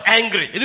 angry